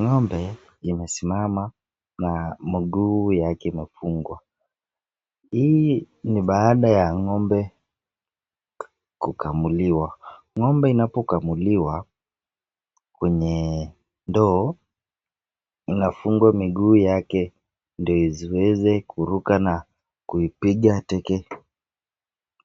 Ng'ombe imesimama na mguu yake imefungwa. Hii ni baada ya ng'ombe kukamuliwa. Ng'ombe inapokamuliwa kwenye ndoo inafungwa miguu yake ndio isiweze kuruka na kulipiga teke